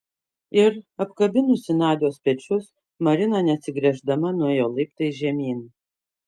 ir apkabinusi nadios pečius marina neatsigręždama nuėjo laiptais žemyn